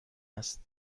است